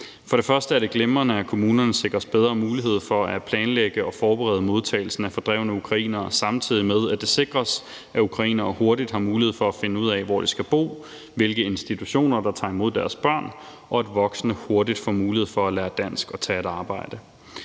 For det første er det glimrende, at kommunerne sikres bedre mulighed for at planlægge og forberede modtagelsen af fordrevne ukrainere, samtidig med at det sikres, at ukrainere hurtigt har mulighed for at finde ud af, hvor de skal bo, hvilke institutioner der tager imod deres børn, og at voksne hurtigt får mulighed for at lære dansk og tage et arbejde.